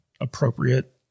appropriate